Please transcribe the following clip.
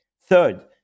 Third